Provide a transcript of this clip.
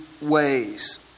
ways